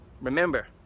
Remember